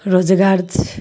रोजगार छियै